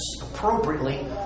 appropriately